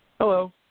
Hello